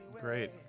Great